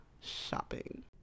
shopping